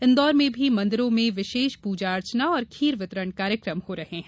इन्दौर में भी मंदिरों में विशेष पूजा अर्चना और खीर वितरण कार्यक्रम हो रहे हैं